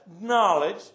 knowledge